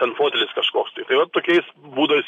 ten fotelis kažkoks tai tai vat tokiais būdais